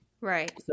Right